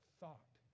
thought